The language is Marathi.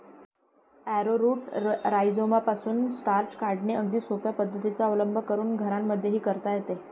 ॲरोरूट राईझोमपासून स्टार्च काढणे अगदी सोप्या पद्धतीचा अवलंब करून घरांमध्येही करता येते